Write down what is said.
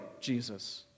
Jesus